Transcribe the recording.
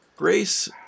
Grace